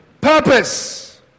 Purpose